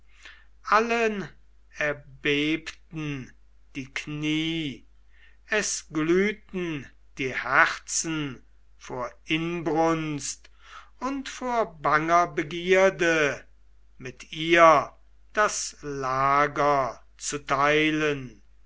allen erbebten die knie es glühten die herzen vor inbrunst und vor banger begierde mit ihr das lager zu teilen